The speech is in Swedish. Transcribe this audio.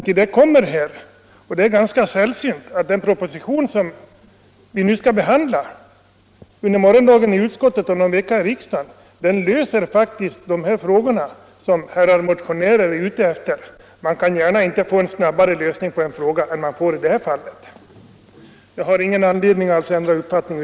Till detta kommer att propositionen 1975/76:46 — som jag nämnde tidigare — löser de frågor som motionärerna tar upp. Man kan inte gärna få en snabbare lösning på denna för idrottsfolket viktiga fråga.